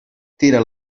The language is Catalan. tira